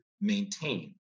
maintain